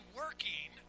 working